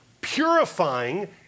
purifying